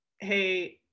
hey